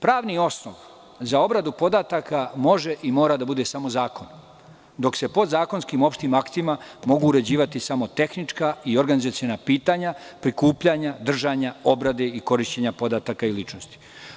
Pravni osnov za obradu podataka može i mora da bude samo zakon, dok se podzakonskim opštim aktima mogu uređivati samo tehnička i organizaciona pitanja prikupljanja, držanja, obrade i korišćenja podataka i ličnosti.